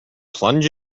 plunge